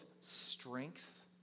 strength